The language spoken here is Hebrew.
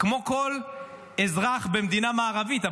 כמו כל אזרח במדינה מערבית.